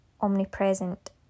omnipresent